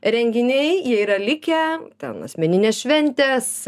renginiai yra likę ten asmeninės šventės